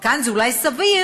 וכאן זה אולי סביר,